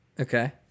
Okay